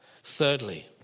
Thirdly